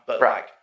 Right